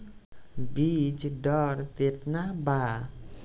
बीज दर केतना बा?